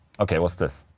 ok, what's this?